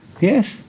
Yes